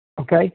Okay